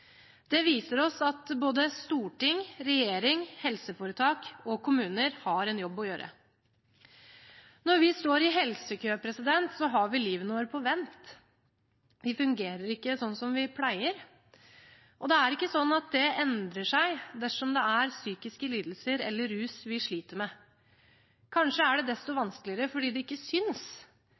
Det viser oss at både storting, regjering, helseforetak og kommuner har en jobb å gjøre. Når vi står i helsekø, har vi livene våre på vent, vi fungerer ikke sånn som vi pleier. Det er ikke sånn at det endrer seg dersom det er psykiske lidelser eller rus vi sliter med. Kanskje er det desto vanskeligere – fordi det ikke